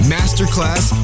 Masterclass